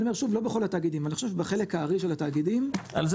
למרות שהוא לא בכל התאגידים אלא בחלק הארי של התאגידים -- על זה